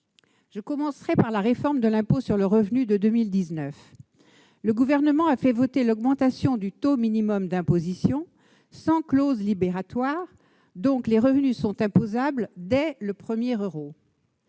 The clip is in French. Je commencerai par la réforme de l'impôt sur le revenu de 2019. Le Gouvernement a fait voter l'augmentation du taux minimum d'imposition sans clause libératoire. Les revenus sont donc imposables dès le premier euro.